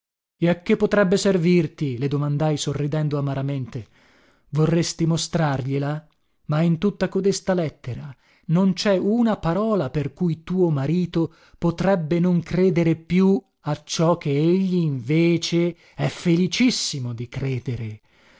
e a che potrebbe servirti le domandai sorridendo amaramente vorresti mostrargliela ma in tutta codesta lettera non cè una parola per cui tuo marito potrebbe non credere più a ciò che egli invece è felicissimo di credere